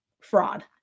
fraud